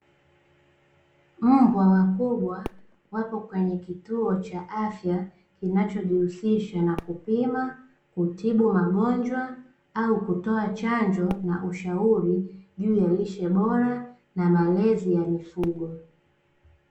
Mbwa wakubwa wapo kwenye kituo cha afya kinachojihusisha na kupima, kutibu magonjwa, au kutoa chanjo, na ushauri juu ya lishe bora, na malezi ya mifugo.